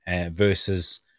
versus